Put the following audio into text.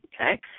okay